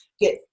get